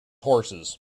horses